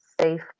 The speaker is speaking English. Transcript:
safe